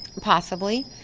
possibly.